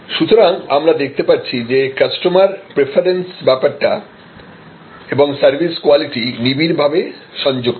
সুতরাং আমরা দেখতে পাচ্ছি যে কাস্টমার প্রিফারেন্স ব্যাপারটা এবং সার্ভিস কোয়ালিটি নিবিড় ভাবে সংযুক্ত